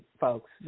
folks